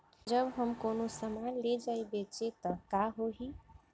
जब हम कौनो सामान ले जाई बेचे त का होही?